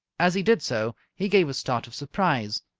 as he did so, he gave a start of surprise.